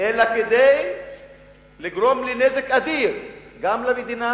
אלא כדי לגרום לנזק אדיר גם למדינה,